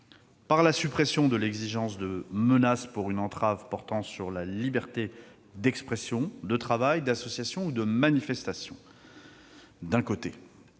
par la suppression de l'exigence de menaces pour une entrave portant sur la liberté d'expression, de travail, d'association ou de manifestation- l'expression